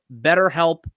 BetterHelp